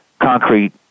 concrete